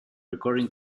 recording